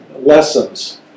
lessons